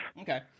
Okay